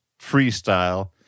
Freestyle